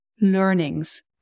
learnings